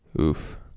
oof